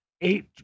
eight